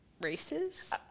races